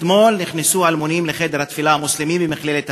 אתמול נכנסו אלמונים לחדר התפילה המוסלמי במכללת "הדסה".